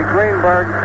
Greenberg